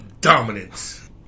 dominance